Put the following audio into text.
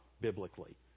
biblically